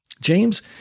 James